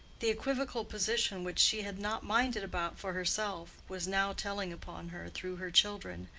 the equivocal position which she had not minded about for herself was now telling upon her through her children,